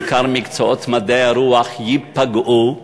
בעיקר מקצועות מדעי הרוח, ייפגעו,